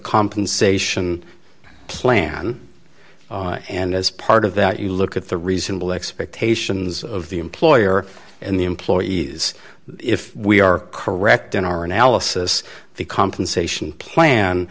compensation plan and as part of that you look at the reasonable expectations of the employer and the employees if we are correct in our analysis the compensation plan